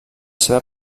seva